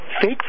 fake